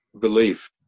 belief